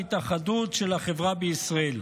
וההתאחדות של החברה בישראל.